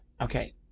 Okay